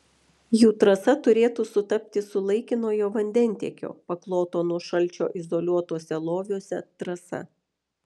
jų trasa turėtų sutapti su laikinojo vandentiekio pakloto nuo šalčio izoliuotuose loviuose trasa